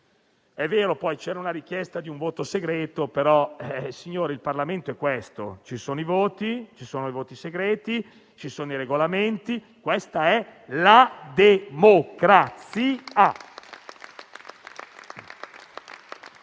È vero che c'era la richiesta di un voto segreto, ma il Parlamento è questo, signori: ci sono i voti, ci sono i voti segreti, ci sono i Regolamenti, questa è la democrazia.